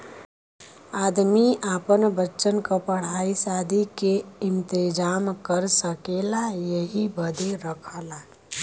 आदमी आपन बच्चन क पढ़ाई सादी के इम्तेजाम कर सकेला यही बदे रखला